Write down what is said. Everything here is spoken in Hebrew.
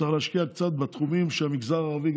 צריך להשקיע קצת גם בתחומים של המגזר הערבי,